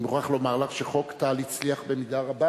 אני מוכרח לומר לך שחוק טל הצליח במידה רבה